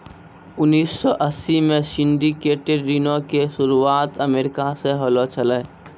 उन्नीस सौ अस्सी मे सिंडिकेटेड ऋणो के शुरुआत अमेरिका से होलो छलै